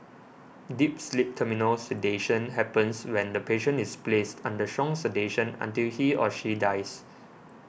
deep sleep Terminal sedation happens when the patient is placed under strong sedation until he or she dies